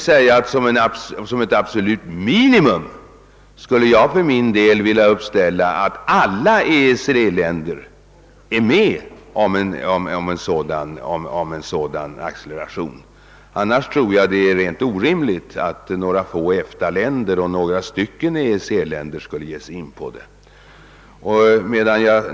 Som ett absolut minimum skulle jag för min del vilja uppställa att alla EEC-länder vill delta i en sådan acceleration. Det vore rent orimligt om endast några EFTA-länder tillsammans med en del EEC-länder engagerade sig.